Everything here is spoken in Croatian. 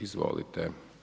Izvolite.